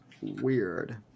weird